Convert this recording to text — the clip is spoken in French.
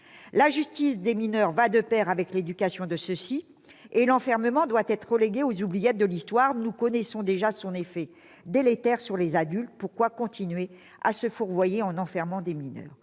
la justice doit aller de pair avec l'éducation. L'enfermement devrait être relégué aux oubliettes de l'histoire. Nous connaissons déjà ses effets délétères sur les adultes, pourquoi persister à se fourvoyer en enfermant des mineurs ?